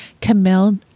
Camille